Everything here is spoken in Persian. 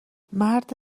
مرد